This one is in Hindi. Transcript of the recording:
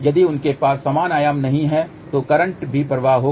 यदि उनके पास समान आयाम नहीं है तो करंट भी प्रवाह होगा